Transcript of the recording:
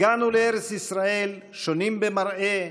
הגענו לארץ ישראל שונים במראה,